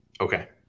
Okay